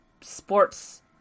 sports